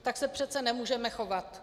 Tak se přece nemůžeme chovat.